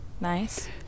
Nice